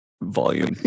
Volume